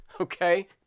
okay